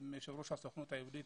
עם יושב-ראש הסוכנות היהודית